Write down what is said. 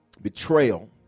betrayal